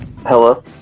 Hello